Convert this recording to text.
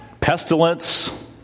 Pestilence